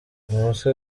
umutwe